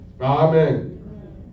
Amen